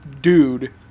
dude